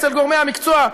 אצל גורמי המקצוע,